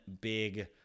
big